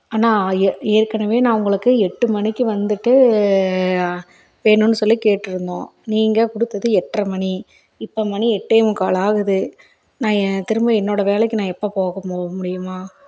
அண்ணா ஏ ஏற்கனவே நான் உங்களுக்கு எட்டு மணிக்கி வந்துட்டு வேணும்னு சொல்லி கேட்டிருந்தோம் நீங்கள் கொடுத்தது எட்ரை மணி இப்போ மணி எட்டே முக்கால் ஆகுது நான் திரும்ப என்னோடய வேலைக்கு நான் எப்போது போக மோ முடியுமா